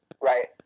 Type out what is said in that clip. Right